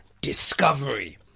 Discovery